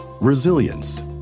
Resilience